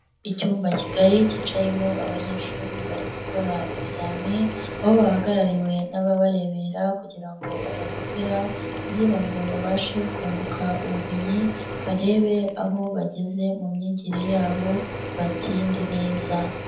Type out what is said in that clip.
Icyumba kigali cyicayemo abanyeshuri bari gukora ibizamini aho bahagarariwe n'ababareberera kugira ngo badakopera kugira ngo babashe kunguka ubumenyi barebe aho bageze mu myigire yabo batsinde neza.